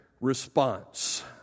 response